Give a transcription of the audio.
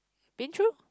been through